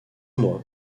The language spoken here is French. moi